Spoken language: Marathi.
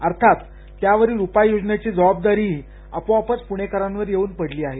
अर्थात त्यावरील उपाययोजनेची जबाबदारीही आपोआपच पुणेकरावर येऊन पडली आहे